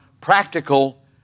practical